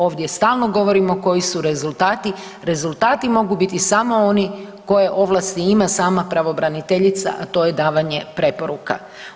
Ovdje stalno govorimo koji su rezultati, rezultati mogu biti samo oni koje ovlasti ima sama pravobraniteljica, a to je davanje preporuka.